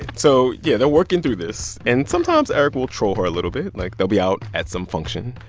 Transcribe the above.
so yeah, they're working through this. and sometimes eric will troll her a little bit. like, they'll be out at some function.